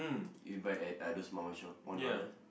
you buy at uh those Mama shop one dollar